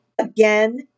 again